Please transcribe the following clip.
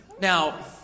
Now